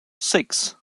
six